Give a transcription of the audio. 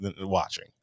watching